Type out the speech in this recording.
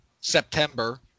September